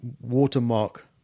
watermark